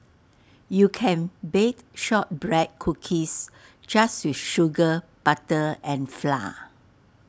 you can bake Shortbread Cookies just with sugar butter and flour